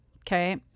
Okay